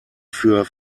für